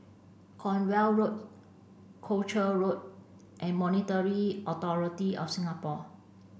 Cornwall Road Croucher Road and Monetary Authority of Singapore